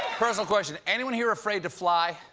personal question. anyone here afraid to fly?